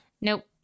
Nope